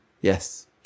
Yes